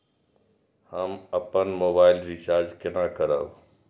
हम अपन mobile recharge केना करब?